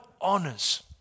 honors